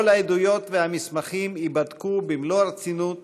כל העדויות והמסמכים ייבדקו במלוא הרצינות